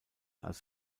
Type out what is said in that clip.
als